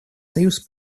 союз